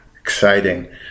exciting